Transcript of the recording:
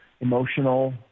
emotional